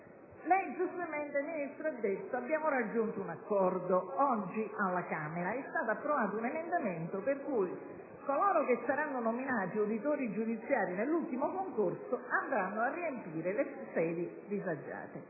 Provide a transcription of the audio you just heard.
Lei giustamente, signor Ministro, ha detto che avete raggiunto un accordo oggi alla Camera, dove è stato approvato un emendamento per cui coloro che saranno nominati uditori giudiziari nell'ultimo concorso andranno a riempire le sedi disagiate.